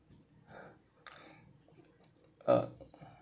uh